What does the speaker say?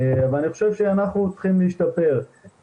אני חושב שאנחנו צריכים להשתפר,